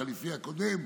החליפי הקודם,